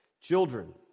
Children